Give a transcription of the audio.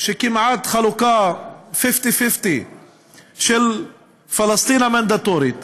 בחלוקה כמעט פיפטי-פיפטי של פלסטין המנדטורית,